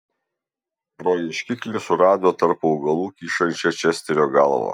pro ieškiklį surado tarp augalų kyšančią česterio galvą